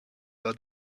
are